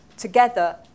Together